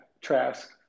Trask